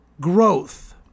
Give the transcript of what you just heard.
growth